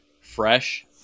fresh